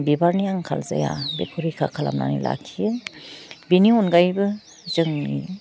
बिबारनि आंखाल जाया बेखौ रैखा खालामनानै लाखियो बिनि अनगायैबो जों